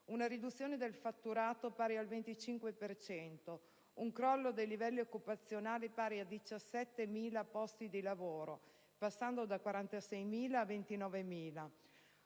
una riduzione del fatturato pari al 25 per cento, un crollo dei livelli occupazionali pari a 17.000 posti di lavoro (passando da circa 46.000